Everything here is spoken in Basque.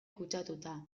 kutsatuta